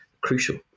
crucial